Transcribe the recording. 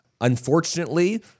Unfortunately